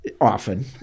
often